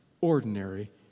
ordinary